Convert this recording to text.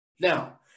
Now